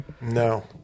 No